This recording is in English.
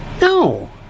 No